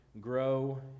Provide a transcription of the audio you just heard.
grow